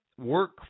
work